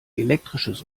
elektrisches